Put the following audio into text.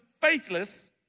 faithless